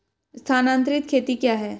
स्थानांतरित खेती क्या है?